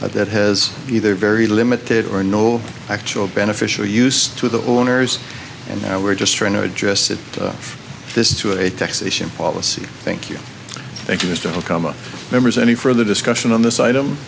that has either very limited or no actual beneficial use to the owners and now we're just trying to address it this to a taxation policy thank you thank you mr okama members any further discussion on this item